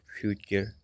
future